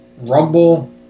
Rumble